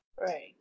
Right